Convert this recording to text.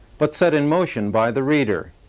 but set in motion by the reader.